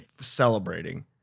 celebrating